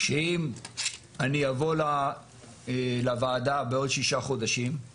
שאם אני אבוא לוועדה בעוד שישה חודשים,